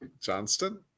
Johnston